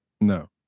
No